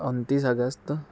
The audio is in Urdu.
انتیس اگست